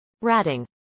Ratting